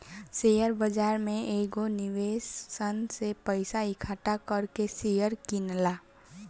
share बाजार में कएगो निवेशक सन से पइसा इकठ्ठा कर के शेयर किनला